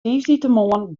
tiisdeitemoarn